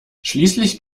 schließlich